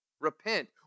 repent